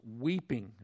weeping